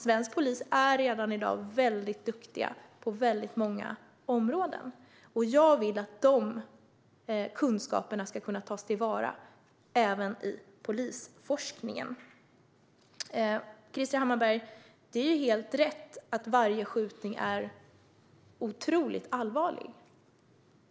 Svensk polis är redan i dag väldigt duktig på många områden, och jag vill att de kunskaperna ska kunna tas till vara även i polisforskningen. Krister Hammarbergh, det är helt riktigt att varje skjutning är otroligt allvarlig.